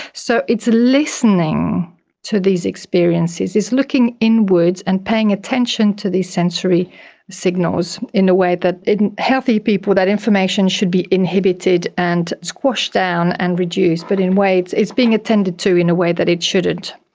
so it's listening to these experiences, it's looking inward and paying attention to these sensory signals in a way that in healthy people that information should be inhibited and squashed down and reduced. but in a way it's it's being attended to in a way that it shouldn't.